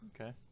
okay